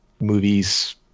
movies